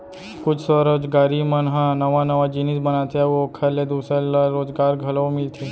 कुछ स्वरोजगारी मन ह नवा नवा जिनिस बनाथे अउ ओखर ले दूसर ल रोजगार घलो मिलथे